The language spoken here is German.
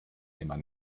immer